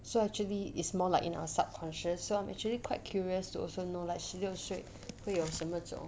so actually is more like in our subconscious so I'm actually quite curious to also know like 十六岁会有什么种